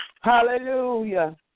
Hallelujah